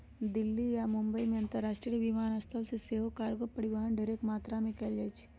दिल्ली आऽ मुंबई अंतरराष्ट्रीय विमानस्थल से सेहो कार्गो परिवहन ढेरेक मात्रा में कएल जाइ छइ